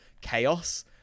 chaos